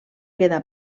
quedar